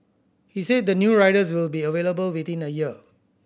he said the new riders will be available within a year